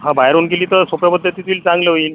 हा बाहेरून केली तर सोप्या पद्धतीतील चांगलं होईल